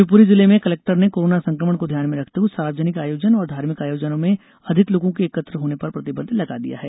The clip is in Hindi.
शिवपूरी जिले में कलेक्टर ने कोरोना संकमण को ध्यान में रखते हुए सार्वजनिक आयोजन और धार्मिक आयोजनों में अधिक लोगों के एकत्र होने पर प्रतिबंध लगा दिया है